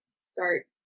start